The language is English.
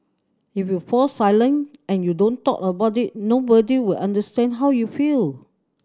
if you fall silent and you don't talk about it nobody will understand how you feel